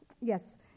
yes